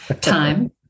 Time